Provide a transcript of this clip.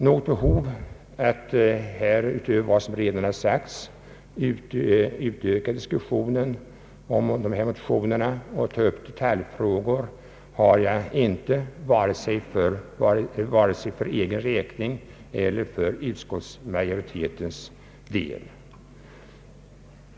Något behov av att här utöver vad som redan sagts diskutera motionerna och ta upp detaljfrågor har jag inte, vare sig för egen eller för utskottsmajoritetens del.